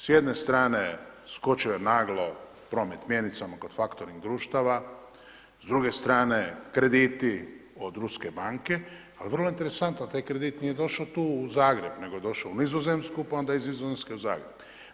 S jedne strane skočio je naglo promet mjenicama kod faktoring društava, s druge strane krediti od ruske banke, ali vrlo interesantno taj kredit nije došao tu u Zagrebe nego je došao u Nizozemsku pa onda iz Nizozemske u Zagreb.